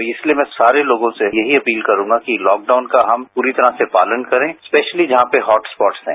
तो इसलिए मैं सारे तोगों से ये ही अपीत करूंगा कि तॉकडाउन का हम पूरी तरह से पालन करें स्पेशली जहां पर हॉटस्पॉट हैं